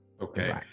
okay